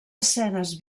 escenes